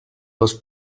les